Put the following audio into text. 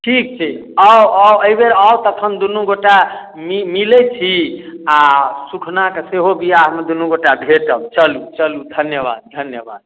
ठीक छै आउ आउ एहि बेर आउ तखन दुनू गोटा मिलै छी आ सुखना के सेहो विवाह मे दुनू गोटा भेटब चलू चलू धन्यवाद धन्यवाद